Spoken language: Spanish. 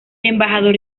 embajador